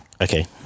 Okay